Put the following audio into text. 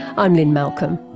i'm lynne malcolm,